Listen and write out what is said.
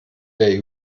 der